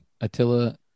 Attila